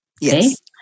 Yes